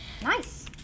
Nice